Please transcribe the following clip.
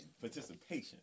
Participation